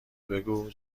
بگو